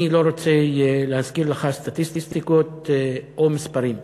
ואני לא רוצה להזכיר לך סטטיסטיקות או מספרים.